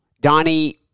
Donnie